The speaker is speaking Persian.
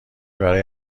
برای